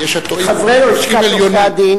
חברי לשכת עורכי-הדין